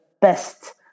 best